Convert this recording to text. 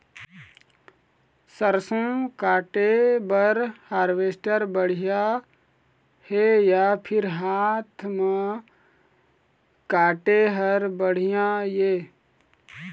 सरसों काटे बर हारवेस्टर बढ़िया हे या फिर हाथ म काटे हर बढ़िया ये?